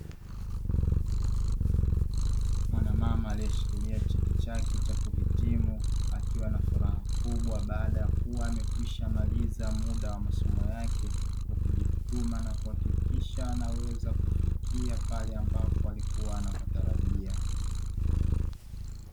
Mwanamama alieshikilia cheti chake cha kuhitimu akiwa na furaha kubwa baada ya kuwa amekwisha maliza muda wa masomo yake, kwa kujituma na kuhakikisha anaweza kufikia pale ambapo alikuwa anapatarajia.